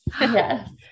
Yes